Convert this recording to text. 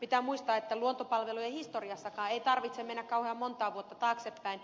pitää muistaa että luontopalvelujen historiassakaan ei tarvitse mennä kauhean montaa vuotta taaksepäin